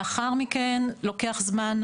לאחר מכן לוקח זמן,